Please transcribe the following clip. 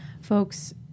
folks